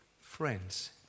friends